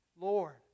Lord